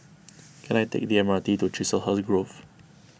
can I take the M R T to Chiselhurst Grove